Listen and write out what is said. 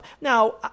Now